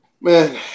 Man